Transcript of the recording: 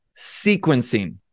sequencing